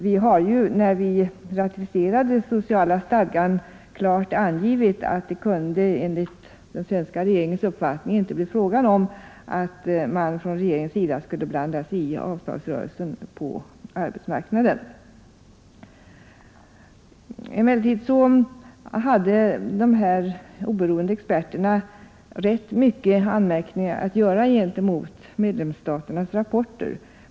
Vi har ju, när vi ratificerade den sociala stadgan, klart angivit att det enligt den svenska regeringens uppfattning inte kunde bli fråga om att regeringen skulle blanda sig i avtalsrörelsen på arbetsmarknaden. Emellertid hade de oberoende experterna rätt många anmärkningar att göra mot medlemsstaternas rapporter.